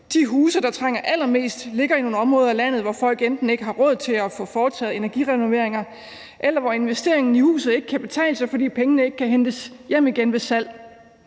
De huse, der trænger allermest, ligger i nogle områder af landet, hvor folk enten ikke har råd til at få foretaget energirenoveringer, eller hvor investeringer i huset ikke kan betale sig, fordi pengene ikke kan hentes hjem igen ved salg.